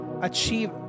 achieve